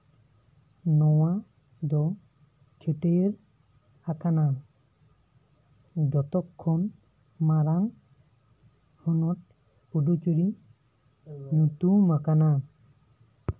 ᱱᱚᱣᱟ ᱫᱚ ᱪᱷᱟᱹᱴᱭᱟᱹᱨ ᱟᱠᱟᱱᱟ ᱡᱚᱛᱚᱠᱷᱚᱱ ᱢᱟᱨᱟᱝ ᱦᱚᱱᱚᱛ ᱯᱩᱫᱩᱪᱮᱨᱤ ᱧᱩᱛᱩᱢ ᱟᱠᱟᱱᱟ